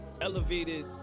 elevated